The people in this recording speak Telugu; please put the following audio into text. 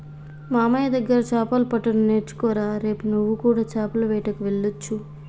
మామయ్య దగ్గర చాపలు పట్టడం నేర్చుకోరా రేపు నువ్వు కూడా చాపల వేటకు వెళ్లొచ్చు